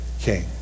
king